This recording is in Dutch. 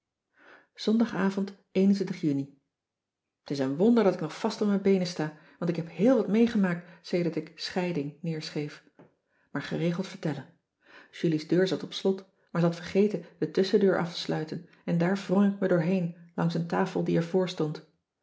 ondagavond uni t s een wonder dat ik nog vast op mijn beenen sta want ik heb heel wat meegemaakt sedert ik scheiding neerschreef maar geregeld vertellen julie's deur zat op slot maar ze had vergeten de tusschendeur af te sluiten en daar wrong ik me doorheen langs een tafel die er voor stond